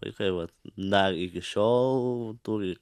vaikai vat dar iki šiol turi